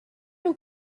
nous